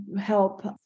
help